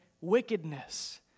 wickedness